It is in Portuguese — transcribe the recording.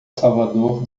salvador